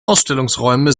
ausstellungsräume